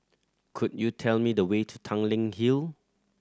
could you tell me the way to Tanglin Hill